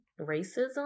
racism